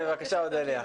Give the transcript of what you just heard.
בבקשה, אודליה.